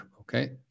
Okay